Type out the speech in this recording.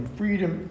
freedom